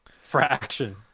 Fraction